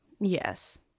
yes